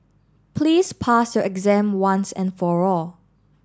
please pass your exam once and for all